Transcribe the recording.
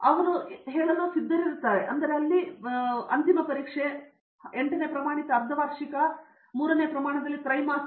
ಅವರು ಎಲ್ಕೆಜಿ ಪ್ರವೇಶದೊಂದಿಗೆ ಪ್ರಾರಂಭಿಸುತ್ತಾರೆ ನಂತರ ಪ್ಲಸ್ ಎರಡು ಅಂತಿಮ ಪರೀಕ್ಷೆ ನಂತರ ಎಂಟನೇ ಪ್ರಮಾಣಿತ ಅರ್ಧ ವಾರ್ಷಿಕ ಮತ್ತು ಮೂರನೆಯ ಪ್ರಮಾಣದಲ್ಲಿ ತ್ರೈಮಾಸಿಕ